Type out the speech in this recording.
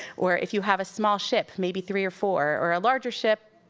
or if you have a small ship, maybe three or four, or a larger ship,